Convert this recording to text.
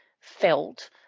felt